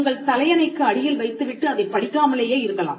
உங்கள் தலையணைக்கு அடியில் வைத்து விட்டு அதைப் படிக்காமலேயே இருக்கலாம்